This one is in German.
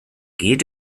geht